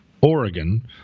Oregon